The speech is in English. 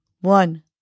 One